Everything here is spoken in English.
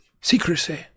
secrecy